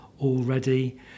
already